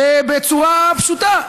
שבצורה פשוטה,